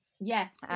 Yes